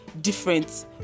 different